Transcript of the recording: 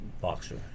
boxer